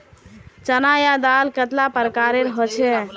चना या दाल कतेला प्रकारेर होचे?